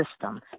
system